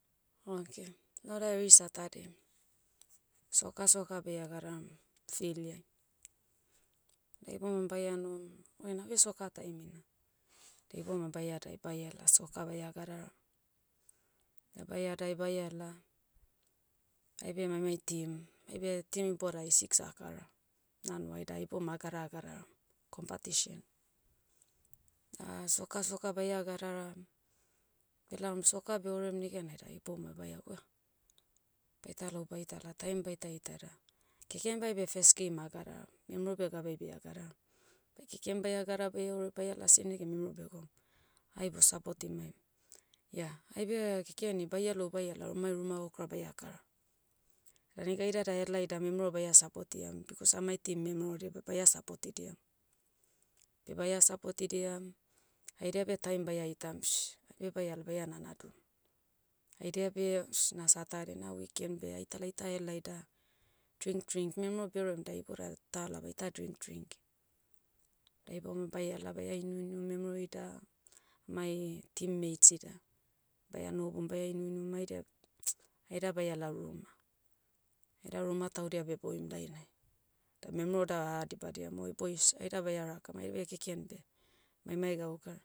Okay. Lauda eri satade, soka soka baia gadaram, filiai. Da iboma baia nohom, oina oi soka taimina. Da ibomai baia dai baiala soka baia gadara. Da baia dai baia la, aibe maemai team. Aibe team iboudai six akara, na hanuai da ibomai ah gadara gadaram, kompatishen. Da soka soka baia gadaram, belaom soka beorem negenai da ibomai baia gwa ah, baita lou baita la time baita ita da. Keken beh aibe first game ah gadaram. Memero beh gabea bea gadara. Beh keken baia gadara baia ore baia lasi negan memero begom, ai bo sapotimaim. Ia, aibe, kekeni baia lou baia la amai ruma gaukara baia kara. Da negaida da helai da memero baia sapotiam, bikos amai team memerodia beh baia sapotidiam. Beh baia sapotidiam, haidia beh time baia itam, sh, aibe baiala baia nanadum. Haidia beh sh, na satade na weekend beh aitala aita helai da, drink drink memero beuram da iboda, tala baita drink drink. Da ibomai baiala baia inuinu memero ida, amai, team mates ida. Baia nohoboum baia inuinum haidia, aida baiala ruma. Haida ruma tudia beboim dainai. Da memero da ahadibadiam oi boys, aida baia rakam aibe keken beh, maimai gaukara.